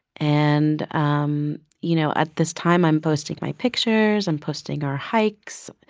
and, um you know, at this time, i'm posting my pictures. i'm posting our hikes.